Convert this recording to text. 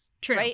True